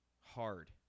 hard